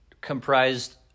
comprised